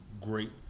great